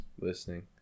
listening